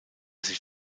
sich